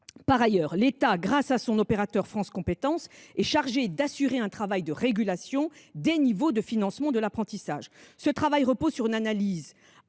Par ailleurs, grâce à son opérateur France Compétences, l’État est chargé d’assurer un travail de régulation des niveaux de financement de l’apprentissage. Ce travail repose sur l’analyse